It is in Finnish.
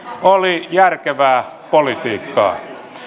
oli järkevää politiikkaa